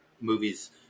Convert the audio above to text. movies